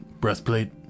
breastplate